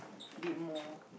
bit more